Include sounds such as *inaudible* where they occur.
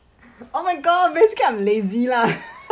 *breath* oh my god basically I'm lazy lah *laughs*